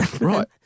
Right